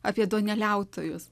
apie duoneliautojas